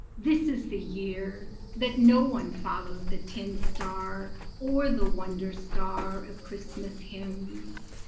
this is the year that no one followed the tin star or the wonder star of christmas hymns,